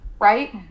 right